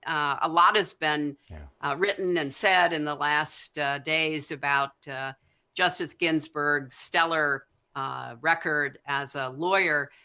ah a lot has been written and said in the last days about justice ginsburgs stellar record as a lawyer,